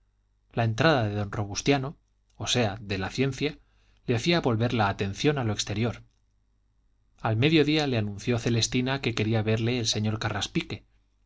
la entrada de don robustiano o sea de la ciencia le hacía volver la atención a lo exterior al medio día le anunció celestina que quería verle el señor